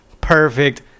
perfect